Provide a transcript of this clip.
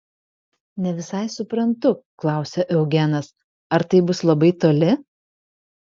ne visai suprantu klausė eugenas ar tai bus labai toli